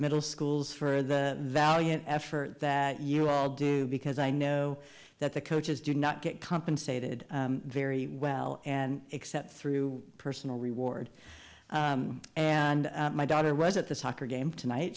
middle schools for the valiant effort that you all do because i know that the coaches do not get compensated very well and except through personal reward and my daughter was at the soccer game tonight